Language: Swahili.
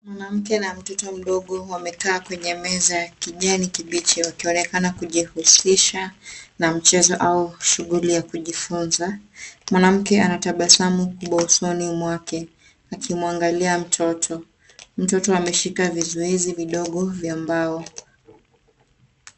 Mwanamke na mtoto mdogo wamekaa kwenye meza ya kijani kibichi wakionekana kujihusisha na mchezo au shughuli ya kujifunza. Mwanamke anatabasamu kubwa usoni mwake akimwagalia mtoto. Mtoto ameshika vizuizi vidogo vya mbao.